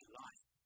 life